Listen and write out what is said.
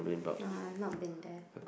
uh I've not been there